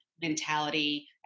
mentality